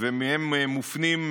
ומהם מופנים,